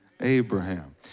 Abraham